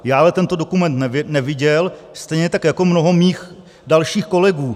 Já ale tento dokument neviděl, stejně tak jako mnoho mých dalších kolegů.